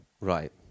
Right